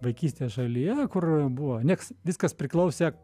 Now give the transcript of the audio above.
vaikystės šalyje kur buvo nieks viskas priklausė